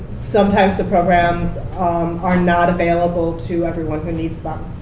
sometimes the programs are not available to everyone who needs them.